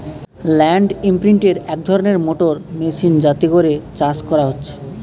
land ইমপ্রিন্টের এক ধরণের মোটর মেশিন যাতে করে চাষ হচ্ছে